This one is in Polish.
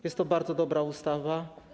Jest to bardzo dobra ustawa.